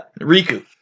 Riku